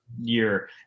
year